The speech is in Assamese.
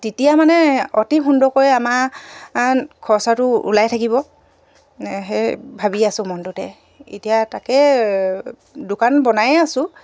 তেতিয়া মানে অতি সুন্দৰকৈ আমাৰ খৰচাটো ওলাই থাকিব সেই ভাবি আছো মনটোতে এতিয়া তাকে দোকান বনাইয়ে আছো